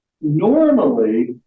Normally